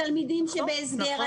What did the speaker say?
התלמידים שבהסגר,